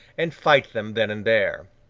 and fight them then and there.